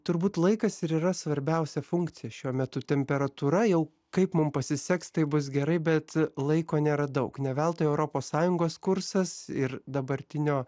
turbūt laikas ir yra svarbiausia funkcija šiuo metu temperatūra jau kaip mum pasiseks taip bus gerai bet laiko nėra daug ne veltui europos sąjungos kursas ir dabartinio